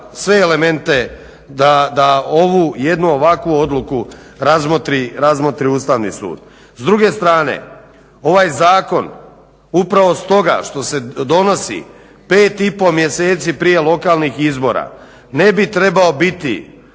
sve elemente da jednu ovakvu odluku razmotri ustavni sud. S druge strane, ovaj zakon upravo stoga što se donosi 5,5 mjeseci prije lokalnih izbora ne bi trebao biti